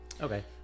Okay